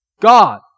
God